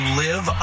live